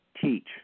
teach